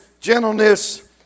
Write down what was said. gentleness